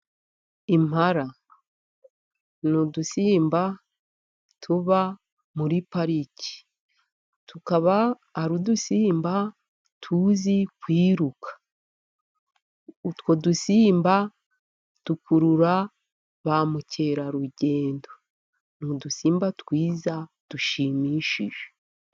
Impara ni udusimba tuba muri pariki. Tukaba ari udusimba tuzi kwiruka. Utwo dusimba dukurura ba mukerarugendo. Ni udusimba twiza, dushimishije.